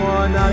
one